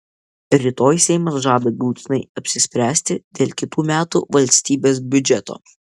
rytoj seimas žada galutinai apsispręsti dėl kitų metų valstybės biudžeto